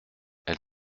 elle